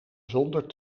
zonder